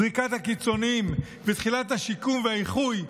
זריקת הקיצוניים ותחילת השיקום והאיחוי,